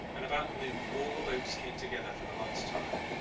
and about noon all the boats came together for the last time.